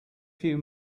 few